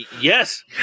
yes